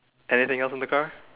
anything else in the car